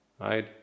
right